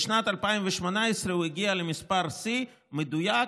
בשנת 2018 הוא הגיע למספר שיא מדויק,